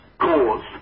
cause